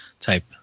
type